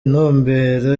intumbero